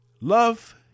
Love